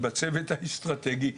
את בצוות האסטרטגי,